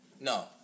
no